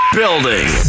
building